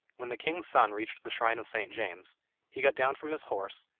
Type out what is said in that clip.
when the king's son reached the shrine of st. james he got down from his horse,